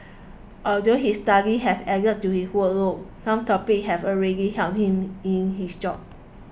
although his studies have added to his workload some topics have already helped him in his job